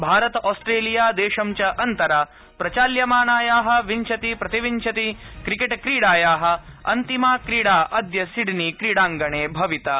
भारतम् ऑस्ट्रलिया देशं च अन्तरा प्रचाल्यमानाया विंशतिप्रतिविंशति क्रीकेटक्रीडाया अन्तिमा क्रीडा अद्य सिडनी क्रीड़ाङ्गणे भविता